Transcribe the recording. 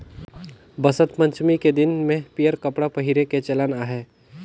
बसंत पंचमी के दिन में पीयंर कपड़ा पहिरे के चलन अहे